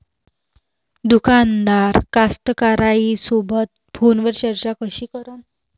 दुकानदार कास्तकाराइसोबत फोनवर चर्चा कशी करन?